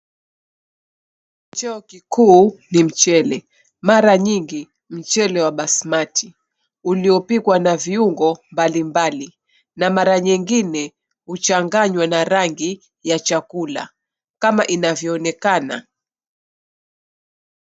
Cheo kikuu ni mchele, mara nyingi mchele wa basimati, uliopikwa na viungo mbalimbali na mara nyingine, kuchanganywa na rangi ya chakula kama inavyoonekana.